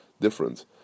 different